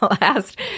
last